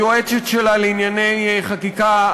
היועצת שלה לענייני חקיקה,